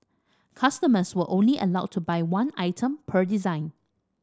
customers were only allowed to buy one item per design